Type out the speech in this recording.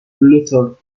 luthor